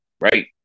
right